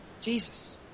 Jesus